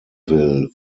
will